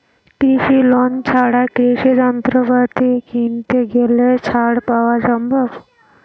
কৃষি লোন ছাড়া কৃষি যন্ত্রপাতি কিনতে গেলে ছাড় পাওয়া সম্ভব?